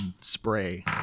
spray